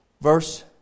Verse